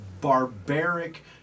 barbaric